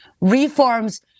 reforms